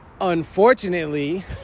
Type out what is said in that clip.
Unfortunately